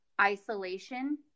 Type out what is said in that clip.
isolation